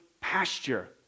pasture